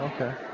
Okay